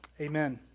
Amen